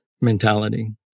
mentality